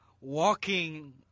walking